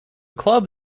club